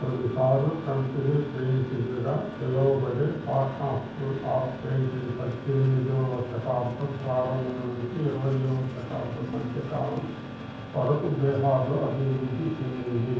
కొన్ని సార్లు company paint మీద పిలవబడే పాట్నా స్కూల్ ఆఫ్ పెయింటింగ్ పద్దెనిమిదవ శతాబ్దం ప్రారంభం నుంచి ఇరవైయ్యవ శతాబ్దం మధ్య కాలం వరకు బీహార్లో అభివృద్ధి చెందింది